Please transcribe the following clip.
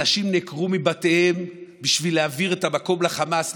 אנשים נעקרו מבתיהם בשביל להעביר את המקום לחמאס,